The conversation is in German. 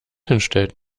hinstellt